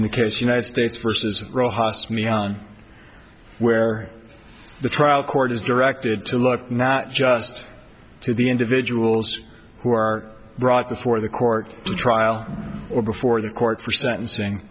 case united states versus rojas me on where the trial court is directed to look not just to the individuals who are brought the for the court trial or before the court for sentencing